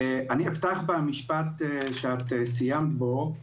אני אפתח במשפט שאת סיימת בו,